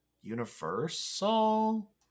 Universal